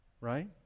Right